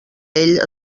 ell